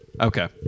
Okay